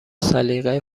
سلیقه